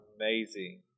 amazing